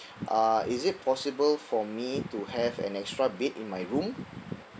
uh is it possible for me to have an extra bed in my room